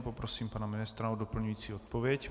Poprosím pana ministra o doplňující odpověď.